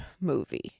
movie